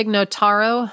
Notaro